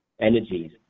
energies